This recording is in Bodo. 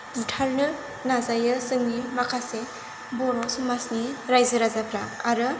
बुथारनो नाजायो जोंनि माखासे बर' समाजनि रायजो राजाफोरा आरो